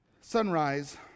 Sunrise